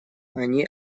они